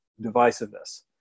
divisiveness